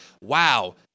wow